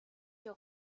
your